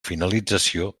finalització